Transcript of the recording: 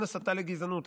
אין הסתה לגזענות,